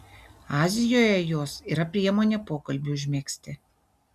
azijoje jos yra priemonė pokalbiui užmegzti